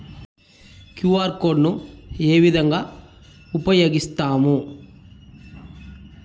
QR code ను ఏ విధంగా ఉపయగిస్తాము?